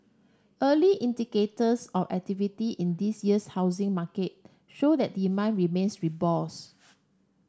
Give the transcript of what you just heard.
early indicators of activity in this year's housing market show that demand remains robust